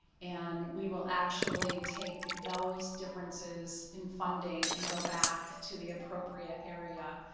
and we will actually take those differences in funding and go back to the appropriate area,